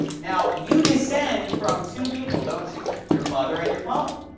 now you descend from two people, don't you? your mother and your father.